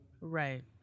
Right